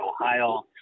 Ohio